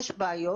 יש בעיות.